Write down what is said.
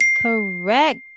correct